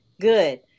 good